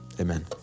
Amen